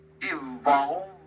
evolve